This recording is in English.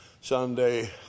Sunday